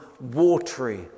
watery